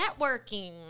Networking